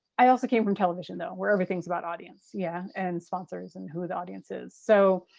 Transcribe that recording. i also came from television though, where everything's about audience yeah and sponsors and who the audience is so.